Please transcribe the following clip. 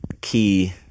key